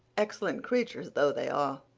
excellent creatures though they are.